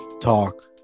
talk